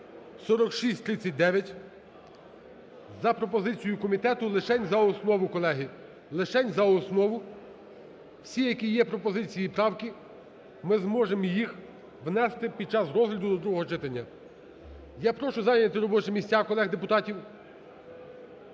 4639) за пропозицією комітету лишень за основу, колеги, лишень за основу. Всі, які є пропозиції і правки, ми зможемо їх внести під час розгляду до другого читання. Я прошу зайняти робочі місця колег депутатів.